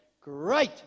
great